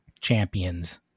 champions